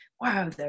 Wow